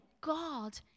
God